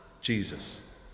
Jesus